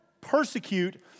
persecute